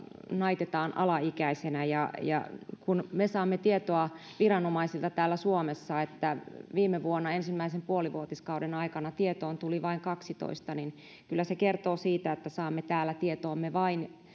naitetaan alaikäisenä ja ja kun me saamme tietoa viranomaisilta täällä suomessa että viime vuonna ensimmäisen puolivuotiskauden aikana tietoon tuli vain kaksitoista niin kyllä se kertoo siitä että saamme täällä tietoomme vain